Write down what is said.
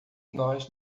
nós